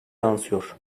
yansıyor